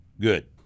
Good